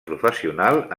professional